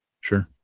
Sure